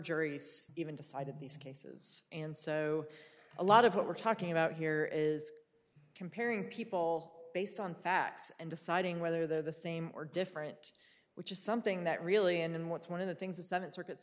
even decided these cases and so a lot of what we're talking about here is comparing people based on facts and deciding whether they're the same or different which is something that really and what's one of the things the seventh circuit